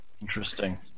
Interesting